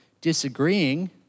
disagreeing